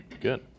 good